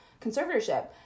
conservatorship